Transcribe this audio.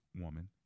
woman